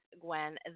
Gwen